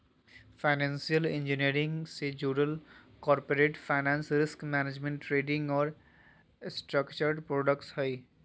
financial engineering से जुडल corporate finance, risk management, trading और स्ट्रक्चर्ड प्रॉडक्ट्स हय